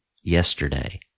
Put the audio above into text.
yesterday